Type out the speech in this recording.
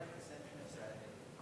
גברתי היושבת-ראש,